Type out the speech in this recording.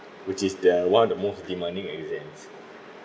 which is the one of the most demanding exams